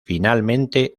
finalmente